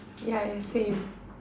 yeah same